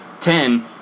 ten